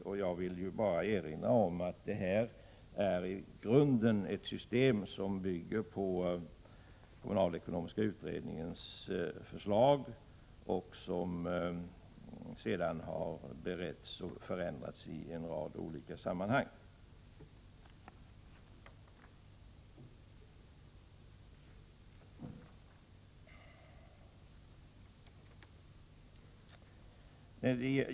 Låt mig bara erinra om att det systemet i grunden bygger på kommunalekonomiska utredningens förslag, som har beretts och förändrats i en rad olika sammanhang.